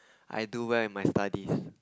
I do well in my studies